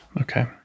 Okay